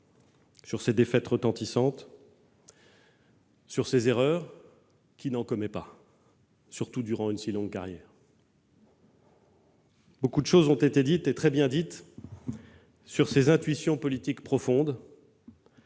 sur ses défaites retentissantes, sur ses erreurs- qui n'en commet pas, surtout durant une si longue carrière ? Beaucoup a été dit, et très bien dit, sur ses intuitions politiques profondes